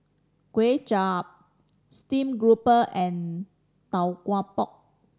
Kway Chap steamed grouper and Tau Kwa Pau